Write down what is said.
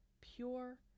pure